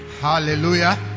Hallelujah